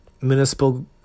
municipal